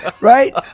right